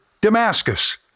Damascus